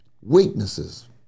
weaknesses